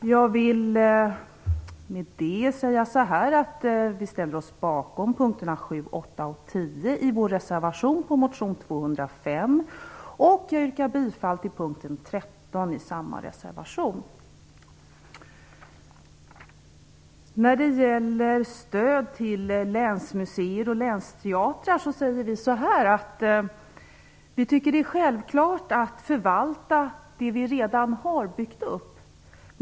Jag vill med det säga att vi ställer oss bakom punkterna 7, 8 och 10 i vår motion Kr205 och jag yrkar bifall till reservation 2. När det gäller stöd till länsmuseer och länsteatrar tycker vi att det är självklart att förvalta det vi redan har byggt upp.